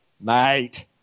mate